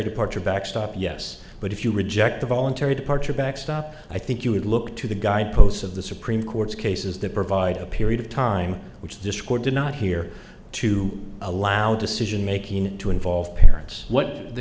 departure backstop yes but if you reject a voluntary departure backstop i think you would look to the guideposts of the supreme court's cases that provide a period of time which discord did not here to allow decision making to involve parents what the